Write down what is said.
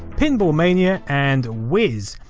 pinball mania and whizz.